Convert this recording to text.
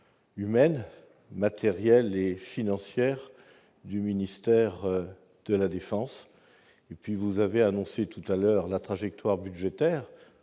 humaine, matérielle et financière du ministère des armées ? Vous avez annoncé tout à l'heure la trajectoire budgétaire,